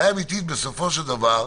בסופו של דבר,